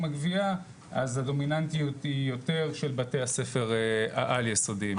הגבייה אז הדומיננטיות היא יותר של בתי הספר העל יסודיים.